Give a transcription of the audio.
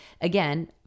again